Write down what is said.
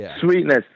Sweetness